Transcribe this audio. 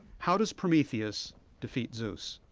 how does prometheus defeat zeus?